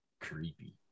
creepy